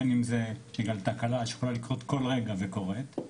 בין אם זה בגלל תקלה שיכולה לקרות כל רגע וקורית,